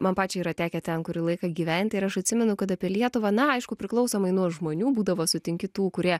man pačiai yra tekę ten kurį laiką gyventi ir aš atsimenu kad apie lietuvą na aišku priklausomai nuo žmonių būdavo sutinki tų kurie